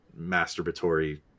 masturbatory